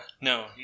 no